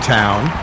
town